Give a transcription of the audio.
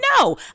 No